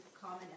common